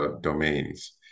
domains